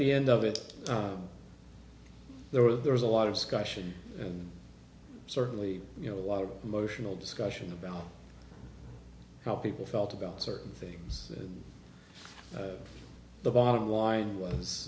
the end of it there were there was a lot of scutcheon and certainly you know a lot of emotional discussion about how people felt about certain things and the bottom line was